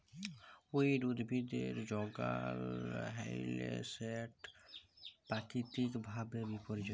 weed উদ্ভিদের যগাল হ্যইলে সেট পাকিতিক ভাবে বিপর্যয়ী